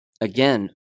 Again